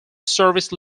service